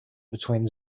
between